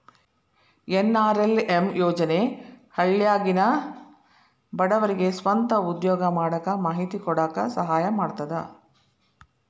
NRLM ಯೋಜನೆ ಹಳ್ಳ್ಯಾಗಿನ ಬಡವರಿಗೆ ಸ್ವಂತ ಉದ್ಯೋಗಾ ಮಾಡಾಕ ಮಾಹಿತಿ ಕೊಡಾಕ ಸಹಾಯಾ ಮಾಡ್ತದ